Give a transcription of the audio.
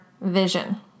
vision